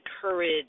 courage